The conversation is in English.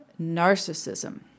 narcissism